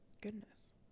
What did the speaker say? Goodness